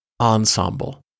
ensemble